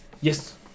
Yes